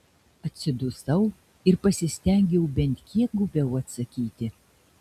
atsidusau ir pasistengiau bent kiek guviau atsakyti